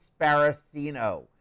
Sparacino